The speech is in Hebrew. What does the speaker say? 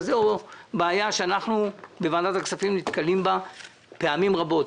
או בעיה שאנחנו נתקלים בה בוועדת הכספים פעמים רבות,